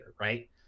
right